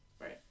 Right